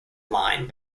line